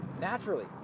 Naturally